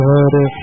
Hare